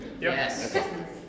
Yes